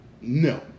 No